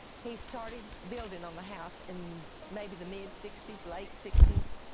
he started building on the house in maybe the mid sixties, late sixties,